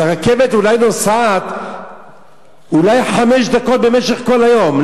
אז הרכבת נוסעת אולי חמש דקות במשך כל היום.